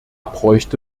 bräuchte